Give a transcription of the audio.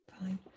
fine